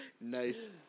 Nice